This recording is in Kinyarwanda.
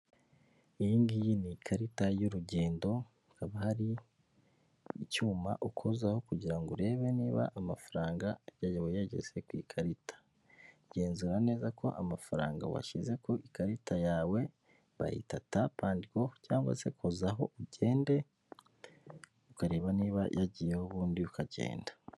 Iyi ngiyi ni ikarita y'urugendo, hakaba hari icyuma ukozaho kugirango urebe niba amafaranga yawe yageze ku ikarita. Genzura neza ko amafaranga washyize ku ikarita yawe. Bayihita tape andi go cyangwa se kuzaho ugende, ukareba niba yagiyeho ubundi ukagenda.